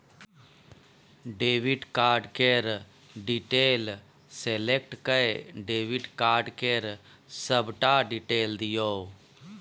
debit card केर detail select कए debit card केर सबटा डिटेल दियौ